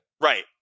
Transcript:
Right